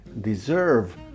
deserve